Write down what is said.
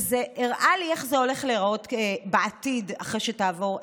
זה הראה לי איך זה הולך להיראות בעתיד אחרי שתעבור החקיקה.